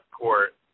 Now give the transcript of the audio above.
court